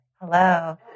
hello